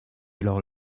alors